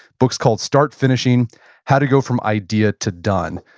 book's called start finishing how to go from idea to done.